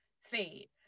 fate